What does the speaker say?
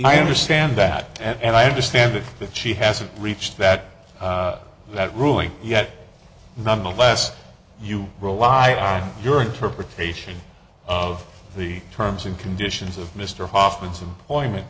i understand that and i understand that but she hasn't reached that that ruling yet nonetheless you rely on your interpretation of the terms and conditions of mr hoffman's employment